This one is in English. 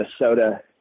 Minnesota